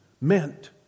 meant